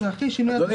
צ'רקסים.